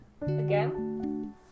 Again